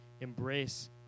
embrace